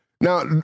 Now